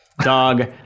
dog